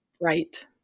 Right